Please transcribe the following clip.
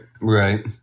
Right